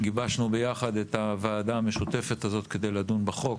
וגיבשנו ביחד את הוועדה המשותפת הזאת כדי לדון בחוק.